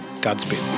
Godspeed